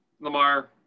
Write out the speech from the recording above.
Lamar